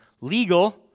legal